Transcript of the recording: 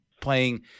playing